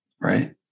Right